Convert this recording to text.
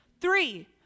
Three